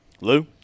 Lou